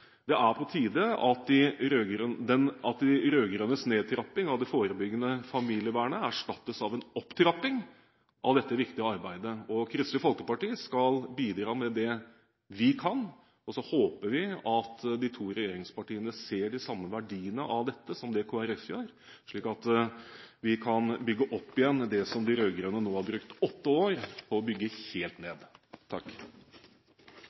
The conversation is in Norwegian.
Det er på tide at de rød-grønnes nedtrapping av det forebyggende familievernet erstattes av en opptrapping av dette viktige arbeidet. Kristelig Folkeparti skal bidra med det vi kan, og vi håper at de to regjeringspartiene ser den samme verdien av dette som Kristelig Folkeparti gjør, slik at vi kan bygge opp igjen det som de rød-grønne nå har brukt åtte år på å bygge helt